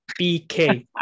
BK